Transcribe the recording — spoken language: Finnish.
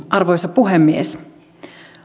arvoisa puhemies